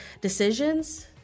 decisions